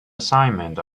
assignment